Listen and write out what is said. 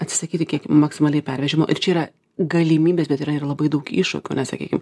atsisakyti kiek maksimaliai pervežimo ir čia yra galimybės bet yra ir labai daug iššūkių nes sakykim